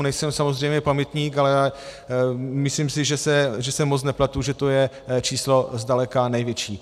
Nejsem samozřejmě pamětník, ale myslím si, že se moc nepletu, že to je číslo zdaleka největší.